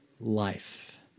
life